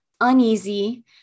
uneasy